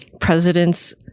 president's